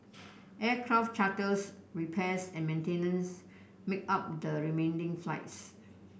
aircraft charters repairs and maintenance make up the remaining flights